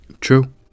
true